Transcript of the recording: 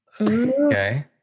Okay